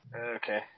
Okay